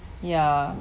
ya